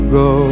go